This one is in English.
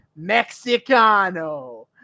Mexicano